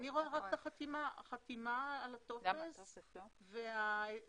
אני רואה רק את החתימה על הטופס והתפקיד.